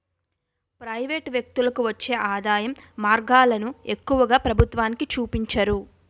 private వ్యక్తులకు వచ్చే ఆదాయం మార్గాలను ఎక్కువగా ప్రభుత్వానికి చూపించరు